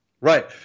Right